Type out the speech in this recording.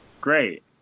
Great